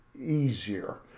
easier